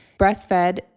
breastfed